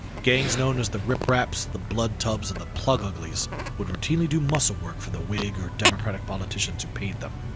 gangs known as the rip raps, the blood tubs and the plug uglies would routinely do muscle work for the whig or democratic politicians who paid them.